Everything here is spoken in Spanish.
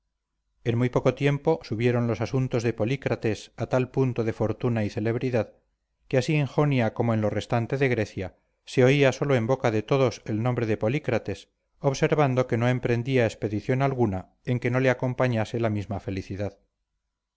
en muy poco tiempo subieron los asuntos de polícrates a tal punto de fortuna y celebridad que así en jonia como en lo restante de grecia se oía sólo en boca de todos el nombre de polícrates observando que no emprendía expedición alguna en que no le acompañase la misma felicidad